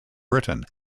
britain